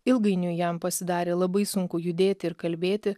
ilgainiui jam pasidarė labai sunku judėti ir kalbėti